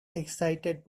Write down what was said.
excited